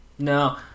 No